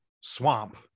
swamp